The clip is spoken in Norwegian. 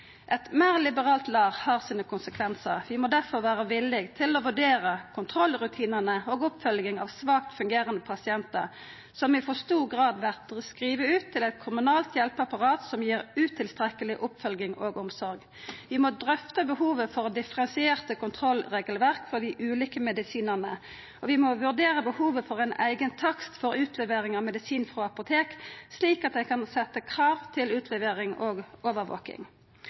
Eit meir liberalt LAR har sine konsekvensar. Vi må derfor være villige til å vurdera kontrollrutinane og oppfølginga av svakt fungerande pasientar, som i for stor grad vert skrivne ut til eit kommunalt hjelpeapparat som gir utilstrekkeleg oppfølging og omsorg. Vi må drøfta behovet for differensierte kontrollregelverk for dei ulike medisinane. Vi må vurdera behovet for ein eigen takst for utlevering av medisin frå apotek, slik at ein kan setja krav til utlevering og overvaking.